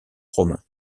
romain